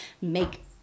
make